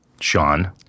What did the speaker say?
Sean